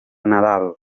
nadal